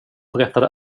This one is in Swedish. berättade